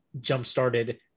jump-started